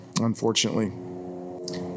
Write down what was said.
unfortunately